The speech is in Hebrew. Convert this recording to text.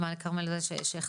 אנחנו אחרי לילה לבן של חקיקה